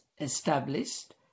established